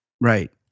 Right